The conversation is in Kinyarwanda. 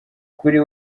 kuri